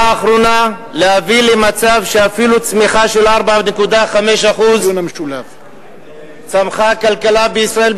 האחרונה להביא למצב שאפילו צמיחה של 4.5% בכלכלה בישראל,